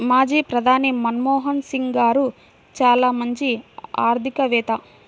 మాజీ ప్రధాని మన్మోహన్ సింగ్ గారు చాలా మంచి ఆర్థికవేత్త